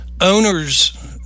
Owners